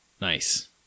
nice